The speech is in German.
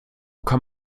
kann